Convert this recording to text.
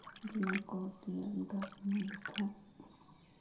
ᱡᱮᱢᱚᱱ ᱠᱚᱞ ᱨᱮᱭᱟᱜ ᱫᱟᱜ ᱧᱩ ᱞᱮᱠᱷᱟᱡ